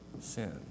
sin